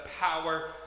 power